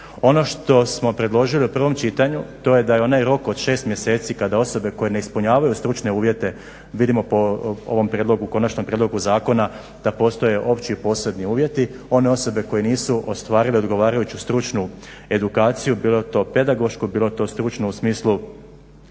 Ono što smo predložili u prvom čitanju to je da je onaj rok od 6 mjeseci kada osobe koje ne ispunjavaju stručne uvjete, vidimo po ovom konačnom prijedlogu zakona da postoje opći i posebni uvjeti, one osobe koje nisu ostvarile odgovarajuću stručnu edukaciju, bilo to pedagošku, bilo to stručnu u smislu